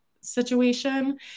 situation